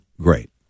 great